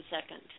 second